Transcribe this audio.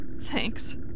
Thanks